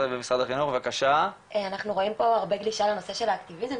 אנחנו רואים פה הרבה גלישה לנושא של האקטיביזם,